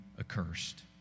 accursed